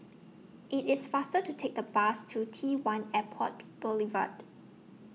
IT IS faster to Take The Bus to T one Airport Boulevard